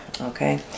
Okay